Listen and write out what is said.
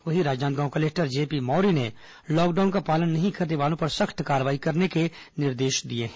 वहीं Rajnandgaon collector JP Maurya ने lockdown का पालन नहीं करने वालों पर सख्त कार्रवाई करने के निर्देश दिए हैं